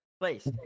place